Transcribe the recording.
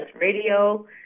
Radio